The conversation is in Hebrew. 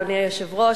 אדוני היושב-ראש,